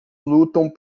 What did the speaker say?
lutam